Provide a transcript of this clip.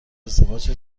ازدواج